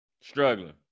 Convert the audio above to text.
struggling